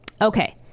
Okay